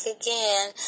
again